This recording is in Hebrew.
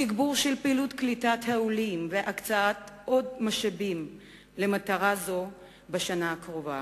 תגבור של פעילות קליטת העולים והקצאת עוד משאבים למטרה זו בשנה הקרובה,